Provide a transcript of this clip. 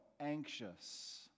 anxious